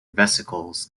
vesicles